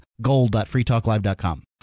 gold.freetalklive.com